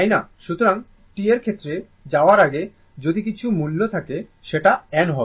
সুতরাং T এর ক্ষেত্রে যাওয়ার আগে যদি কিছু মূল্য থাকে সেটা n হবে